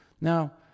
now